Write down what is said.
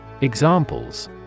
Examples